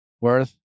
worth